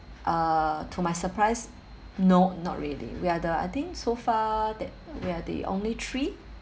uh to my surprise no not really we are the I think so far that we are the only three